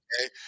okay